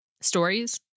stories